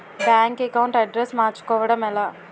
Bank account address మార్చుకోవడం ఎలా?